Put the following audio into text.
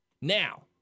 Now